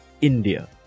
India